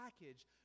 package